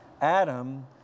Adam